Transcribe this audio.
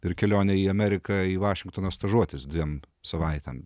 ir kelionė į ameriką į vašingtoną stažuotis dviem savaitėm